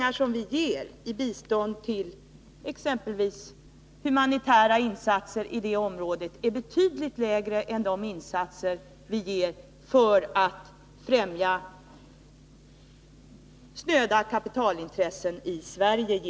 De summor vi ger i bistånd till exempelvis humanitära insatser i det området är betydligt lägre än de summor vi ger ut för att genom medlemskapet stödja kapitalintressen i Sverige.